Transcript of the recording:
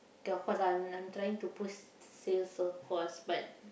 K of course lah I'm I'm trying to push sales of course but